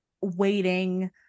waiting